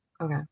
Okay